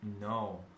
No